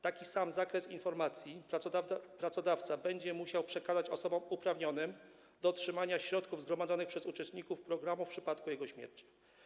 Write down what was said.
Taki sam zakres informacji pracodawca będzie musiał przekazać osobom uprawnionym do otrzymania środków zgromadzonych przez uczestnika programu w przypadku jego śmierci.